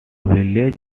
village